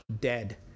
dead